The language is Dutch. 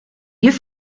juf